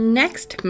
next